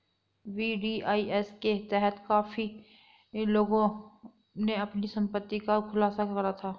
VDIS के तहत काफी लोगों ने अपनी संपत्ति का खुलासा करा था